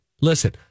Listen